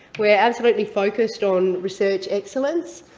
we're absolutely focused on research excellence.